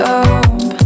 up